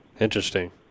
Interesting